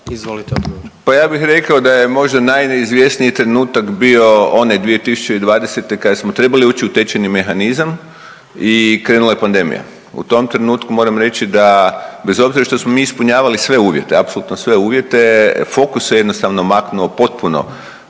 Pa ja bih rekao da je možda najneizvjesniji trenutak bio onaj 2020. kad smo trebali ući u tečajni mehanizam i krenula je pandemija. U tom trenutku moram reći da bez obzira što smo mi ispunjavali sve uvjete, apsolutno sve uvjete, fokus se jednostavno maknuo potpuno